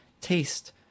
taste